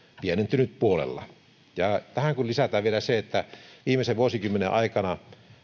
pienentynyt puolella tähän kun lisätään vielä se että viimeisen vuosikymmenen aikana